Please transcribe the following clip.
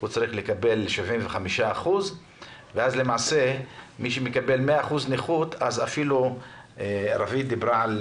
בעקבות תאונת עבודה הוא צריך לקבל 75%. מי שמקבל 100% נכות רווית דיברה על